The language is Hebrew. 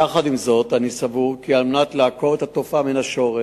יחד עם זאת אני סבור כי כדי לעקור את התופעה מהשורש,